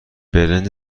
برنج